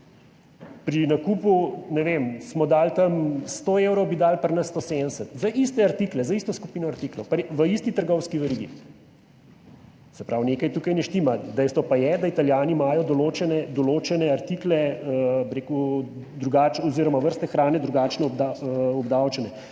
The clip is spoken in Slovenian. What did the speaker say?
Pri nakupu, ne vem, tam smo dali tam 100 evrov, bi dali pri nas 170 za iste artikle, za isto skupino artiklov v isti trgovski verigi. Se pravi, nekaj tukaj ne štima. Dejstvo pa je, da imajo Italijani določene artikle oziroma vrste hrane drugače obdavčene.